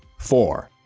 four.